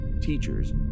teachers